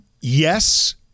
Yes